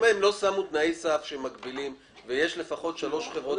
אם הם לא שמו תנאי סף שמגבילים ויש לפחות שלוש חברות